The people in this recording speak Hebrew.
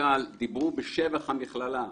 המנכ"ל דיברו בשבח המכללה,